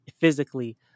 physically